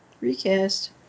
Recast